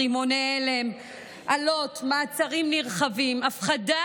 אבל עוול לא מתקנים בעוול,